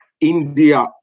India